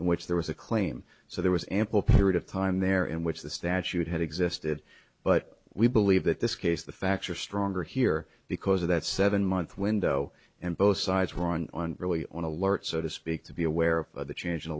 which there was a lame so there was ample period of time there in which the statute had existed but we believe that this case the facts are stronger here because of that seven month window and both sides were on really on alert so to speak to be aware of the change in the